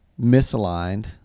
misaligned